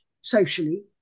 socially